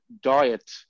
diet